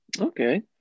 Okay